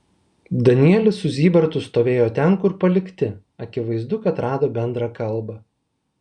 danielis su zybartu stovėjo ten kur palikti akivaizdu kad rado bendrą kalbą